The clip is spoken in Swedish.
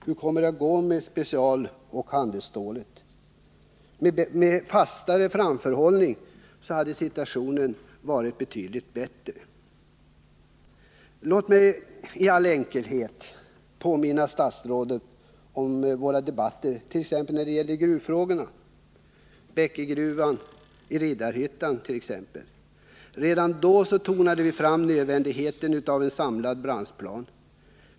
Hur kommer det att gå med specialoch handelsstålet? Med en fastare framförhållning hade situationen varit betydligt bättre. Låt mig i all enkelhet påminna statsrådet om våra debatter i gruvfrågorna, Nr 124 t.ex. om Bäckegruvan i Riddarhyttan. Redan då framstod det som Fredagen den nödvändigt med en samlad branschplan.